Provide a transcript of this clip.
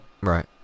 Right